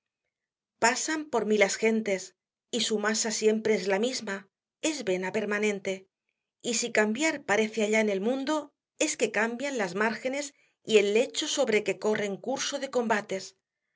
pasan por mí las gentes y su masa siempre es la misma es vena permanente y si cambiar parece allá en el mundo es que cambian las márgenes y el lecho sobre que corre en curso de combates